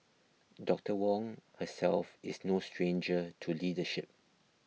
Doctor Wong herself is no stranger to leadership